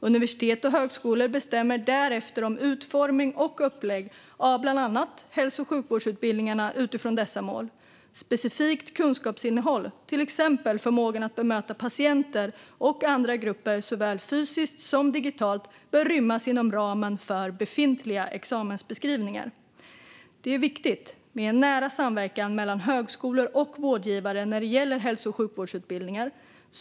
Universitet och högskolor bestämmer därefter om utformning och upplägg av bland annat hälso och sjukvårdsutbildningarna utifrån dessa mål. Specifikt kunskapsinnehåll, till exempel förmågan att bemöta patienter och andra grupper såväl fysiskt som digitalt, bör rymmas inom ramen för befintliga examensbeskrivningar. Det är viktigt med en nära samverkan mellan högskolor och vårdgivare när det gäller hälso och sjukvårdsutbildningar.